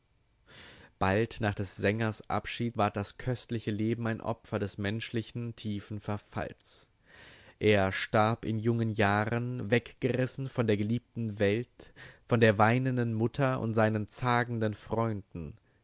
bald nach des sängers abschied ward das köstliche leben ein opfer des menschlichen tiefen verfalls er starb in jungen jahren weggerissen von der geliebten welt von der weinenden mutter und seinen zagenden freunden